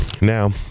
now